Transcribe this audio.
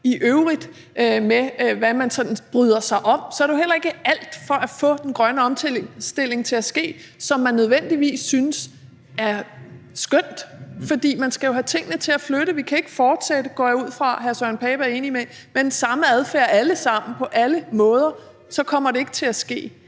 i øvrigt med, hvad man sådan bryder sig om, er det jo heller ikke alt for at få den grønne omstilling til at ske, som man nødvendigvis synes er skønt, for man skal jo have tingene til at flytte sig. Vi kan ikke fortsætte, går jeg ud fra hr. Søren Pape Poulsen er enig med mig i, med den samme adfærd alle sammen på alle måder; så kommer det ikke til at ske.